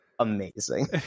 amazing